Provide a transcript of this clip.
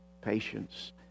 patience